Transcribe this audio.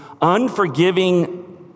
unforgiving